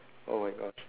oh my gosh